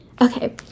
Okay